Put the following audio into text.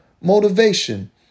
motivation